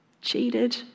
cheated